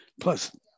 Plus